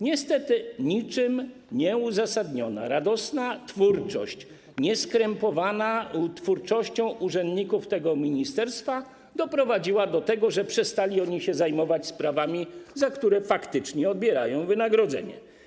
Niestety, niczym nieuzasadniona, radosna, nieskrępowana twórczość urzędników tego ministerstwa doprowadziła do tego, że przestali oni się zajmować sprawami, za które faktycznie pobierają wynagrodzenie.